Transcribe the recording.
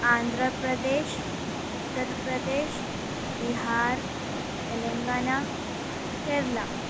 Andhra Pradesh Uttar Pradesh Bihar Telangana Kerala